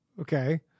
Okay